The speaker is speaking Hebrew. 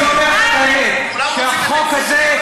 אני אומר לך את האמת, שהחוק הזה,